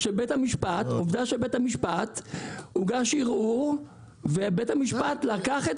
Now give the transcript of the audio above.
עובדה שהוגש ערעור ובית המשפט לקח את